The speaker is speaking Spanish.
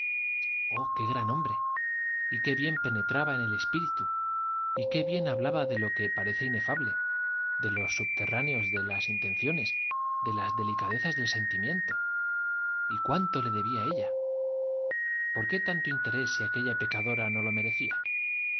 oh qué grande hombre y qué bien penetraba en el espíritu y qué bien hablaba de lo que parece inefable de los subterráneos de las intenciones de las delicadezas del sentimiento y cuánto le debía ella por qué tanto interés si aquella pecadora no lo merecía